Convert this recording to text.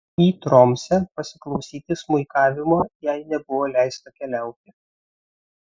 į tromsę pasiklausyti smuikavimo jai nebuvo leista keliauti